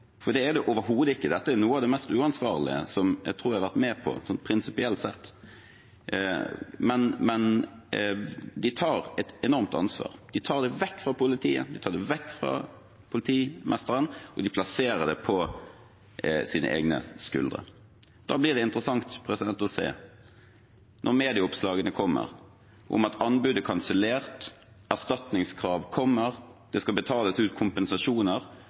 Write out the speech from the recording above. for det er det overhodet ikke. Dette tror jeg er noe av det mest uansvarlige jeg har vært med på, prinsipielt sett. De tar et enormt ansvar. De tar det vekk fra politiet, de tar det vekk fra politimesteren, og de plasserer det på sine egne skuldre. Da blir det interessant å se når medieoppslagene kommer om at anbud er kansellert, erstatningskrav kommer, det skal betales ut kompensasjoner,